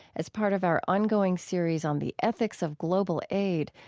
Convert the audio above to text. as part of our ongoing series on the ethics of global aid,